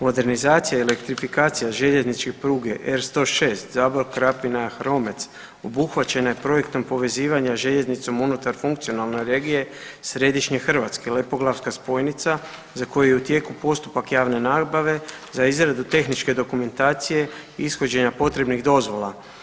Modernizacija i elektrifikacija željezničke pruge R106 Zabok – Krapina – Romec obuhvaćena je projektom povezivanja željeznicom unutar funkcionalne regije središnje Hrvatske, Lepoglavska spojnica za koju je u tijeku postupak javne nabave za izradu tehničke dokumentacije, ishođenja potrebnih dozvola.